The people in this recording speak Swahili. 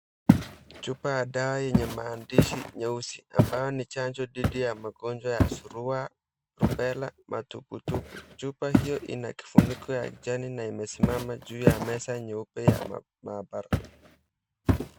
Chupa ya dawa yenye maandishi nyeusi, ambayo ni chanjo dhidi ya magonjwa ya surua, rubela na matukutuku. Chupa hiyo ina kifuniko ya jani na imesimama juu ya meza nyeupe ya maabara.